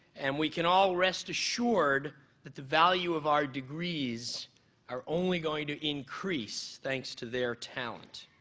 and we can all rest assured that the value of our degrees are only going to increase thanks to their talent.